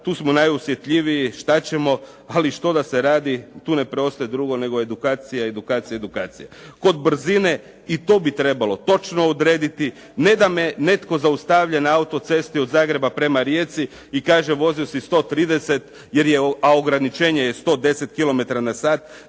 tu smo najosjetljiviji šta ćemo, ali što da se radi. Tu ne preostaje drugo nego edukacija, edukacija, edukacija. Kod brzine i to bi trebalo točno odrediti, ne da me netko zaustavlja na auto-cesti od Zagreba prema Rijeci i kaže vozio si 130 a ograničenje je 110 kilometara